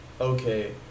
okay